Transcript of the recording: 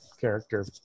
character